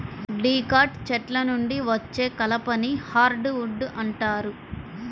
dicot చెట్ల నుండి వచ్చే కలపని హార్డ్ వుడ్ అంటారు